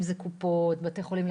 אם אלה קופות או בתי חולים,